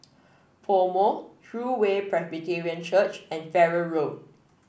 PoMo True Way Presbyterian Church and Farrer Road